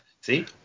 See